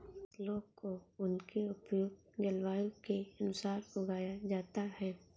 फसलों को उनकी उपयुक्त जलवायु के अनुसार उगाया जाता है